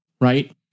right